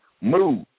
Move